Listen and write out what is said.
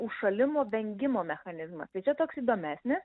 užšalimo vengimo mechanizmas tai čia toks įdomesnis